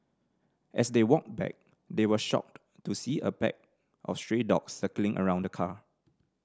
as they walked back they were shocked to see a pack of stray dogs circling around the car